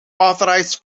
authorised